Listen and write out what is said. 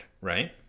right